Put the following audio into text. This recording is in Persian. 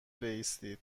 بایستید